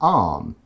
arm